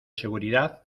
seguridad